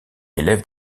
élève